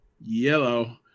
yellow